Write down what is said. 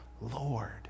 Lord